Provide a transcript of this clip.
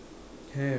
have